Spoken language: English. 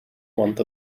month